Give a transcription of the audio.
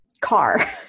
car